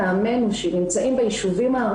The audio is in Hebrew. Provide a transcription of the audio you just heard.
מפורט שעל בסיסו חלק מהיוזמה של התוכניות האלה,